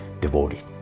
devoted